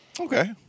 Okay